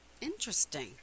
Interesting